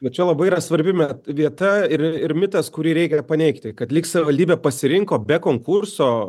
va čia labai yra svarbi me vieta ir mitas kurį reikia paneigti kad lyg savivaldybė pasirinko be konkurso